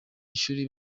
ishuri